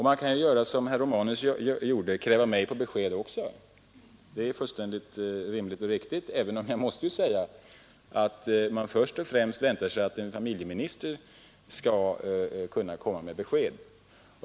Man kan naturligtvis, som herr Romanus gjorde, kräva mig på besked också. Det är fullständigt rimligt och riktigt, även om man först och främst väntar sig att en familjeminister skall kunna lämna besked.